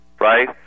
right